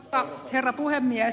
arvoisa herra puhemies